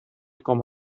com